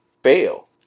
fail